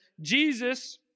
Jesus